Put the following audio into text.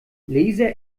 laser